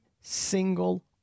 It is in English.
single